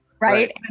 Right